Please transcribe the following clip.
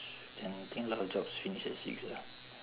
and think a lot of jobs finish at six ah